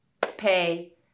Pay